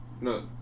no